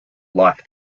life